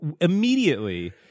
immediately